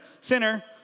sinner